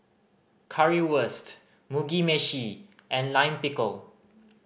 Currywurst Mugi Meshi and Lime Pickle